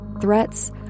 threats